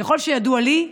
ככל שידוע לי,